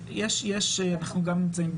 אבל אנחנו גם נמצאים,